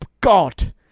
God